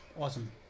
Awesome